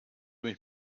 mich